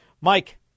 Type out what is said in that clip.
Mike